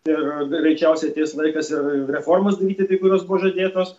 ir greičiausiai ateis laikas ir reformas daryti kai kurios buvo žadėtos